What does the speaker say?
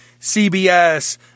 CBS